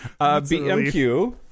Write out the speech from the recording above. bmq